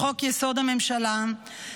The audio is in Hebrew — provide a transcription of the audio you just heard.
לחוק-יסוד: הממשלה,